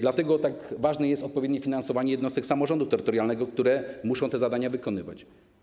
Dlatego tak ważne jest odpowiednie finansowanie jednostek samorządu terytorialnego, które muszą te zadania wykonywać.